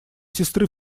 сестры